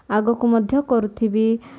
ଆଗକୁ ମଧ୍ୟ କରୁଥିବି